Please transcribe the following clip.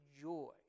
joy